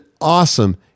awesome